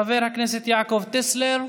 חבר הכנסת יעקב טסלר,